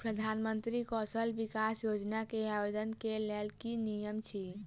प्रधानमंत्री कौशल विकास योजना केँ आवेदन केँ लेल की नियम अछि?